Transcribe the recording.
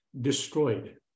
destroyed